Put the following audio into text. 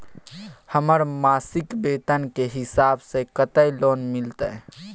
हमर मासिक वेतन के हिसाब स कत्ते लोन मिलते?